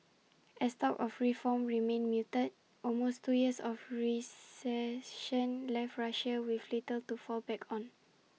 as talk of reform remained muted almost two years of recession left Russia with little to fall back on